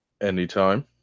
Anytime